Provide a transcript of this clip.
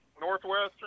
Northwestern